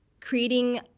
creating